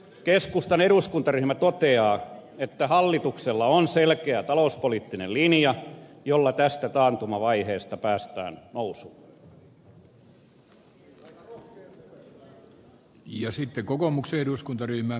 keskustan eduskuntaryhmä toteaa että hallituksella on selkeä talouspoliittinen linja jolla tästä taantumavaiheesta päästään nousuun